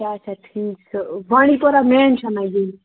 آچھا ٹھیٖک چھُ بانٛڈی پورہ